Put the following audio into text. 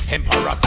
Emperor